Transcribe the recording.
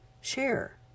share